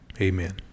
amen